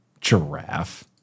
Giraffe